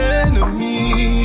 enemy